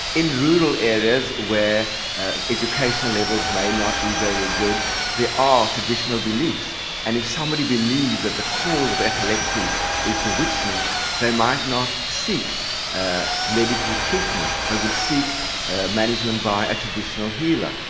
in rural areas where educational levels may not be very good there are traditional beliefs and if somebody believes that the cause of epilepsy is bewitchment they might not seek ah medical treatment or would seek management by a traditional healer.